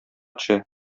төшә